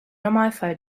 normalfall